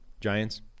Giants